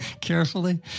carefully